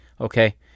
Okay